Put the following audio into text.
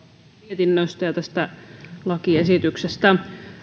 mietinnöstä ja tästä lakiesityksestä